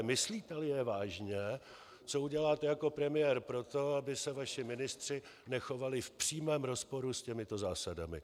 Myslíteli je vážně, co uděláte jako premiér pro to, aby se vaši ministři nechovali v přímém rozporu s těmito zásadami?